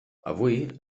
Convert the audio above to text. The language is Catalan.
avui